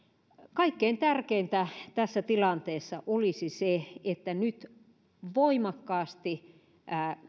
kaikkein tärkeintä tässä tilanteessa olisi se että nyt voimakkaasti